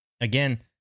again